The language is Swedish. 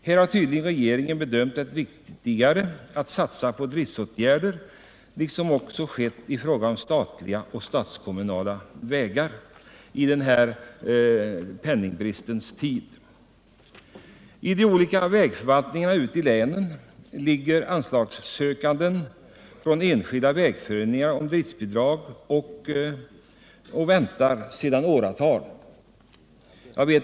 Här har tydligen regeringen bedömt det viktigare att satsa på driftsåtgärder liksom också skett i fråga om de statliga och statskommunala vägarna i dessa penningbristens tider. I de olika vägförvaltningarna ute i länen ligger anslagsansökningar från enskilda vägföreningar om driftsbidrag och väntar sedan åratal.